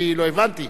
אני לא הבנתי.